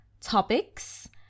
topics